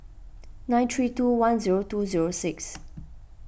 nine three two one zeo two zero six